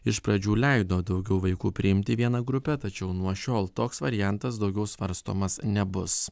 iš pradžių leido daugiau vaikų priimti į vieną grupę tačiau nuo šiol toks variantas daugiau svarstomas nebus